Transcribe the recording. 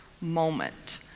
moment